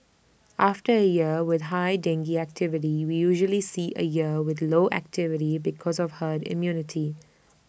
after A year with high dengue activity we usually see A year with low activity because of herd immunity